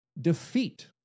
defeat